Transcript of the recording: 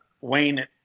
Wayne